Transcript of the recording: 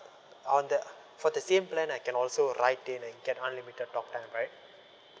on the for the same plan I can also write in and get unlimited talk time right